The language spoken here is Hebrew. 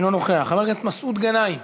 אינו נוכח, חבר הכנסת מסעוד גנאים,